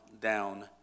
down